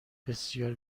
بسیار